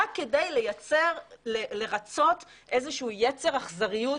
רק כדי לרצות איזשהו יצר אכזריות,